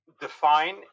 define